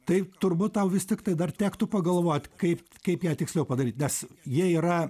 tai turbūt tau vis tiktai dar tektų pagalvot kaip kaip ją tiksliau padaryt nes jie yra